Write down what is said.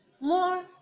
more